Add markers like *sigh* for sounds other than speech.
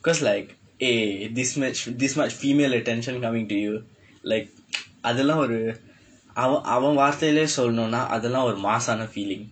cause like eh this much this much female attention coming to you like *laughs* அது எல்லாம் ஒரு அவன் அவன் வார்த்தையில்ல சொல்லணும்னா அது எல்லாம் ஒரு மாஸ் ஆன:athu ellaam oru avan avan vaarthaiyilla sollanumnaa athu ellaam oru maas aana feeling